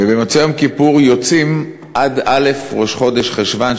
ובמוצאי יום כיפור יוצאים עד א' ראש חודש חשוון,